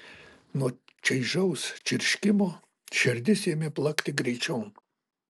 nuo čaižaus čirškimo širdis ėmė plakti greičiau